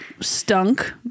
stunk